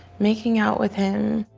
making out with him.